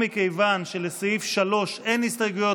מכיוון שלסעיף 3 אין הסתייגויות,